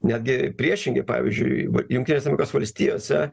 netgi priešingi pavyzdžiui jungtinėse amerikos valstijose